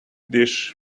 dish